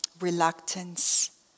reluctance